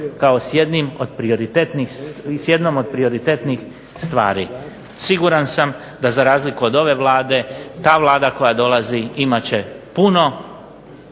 kao s jednom od prioritetnih stvari. Siguran sam da za razliku od ove Vlade ta Vlada koja dolazi imat će puno